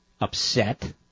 upset